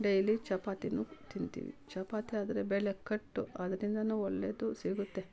daily ಚಪಾತಿ ತಿಂತೀವಿ ಚಪಾತಿ ಆದರೆ ಬೆಲೆ ಕಟ್ಟು ಅದ್ರಿಂದ ಒಳ್ಳೆದು ಸಿಗುತ್ತೆ